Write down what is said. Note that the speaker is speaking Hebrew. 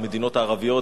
למדינות הערביות,